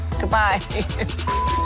Goodbye